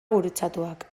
gurutzatuak